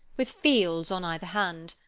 with fields on either hand.